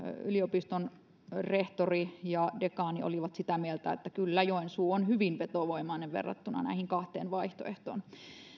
yliopiston rehtori ja dekaani olivat sitä mieltä että kyllä joensuu on hyvin vetovoimainen verrattuna näihin kahteen vaihtoehtoon